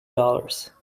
dollars